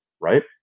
right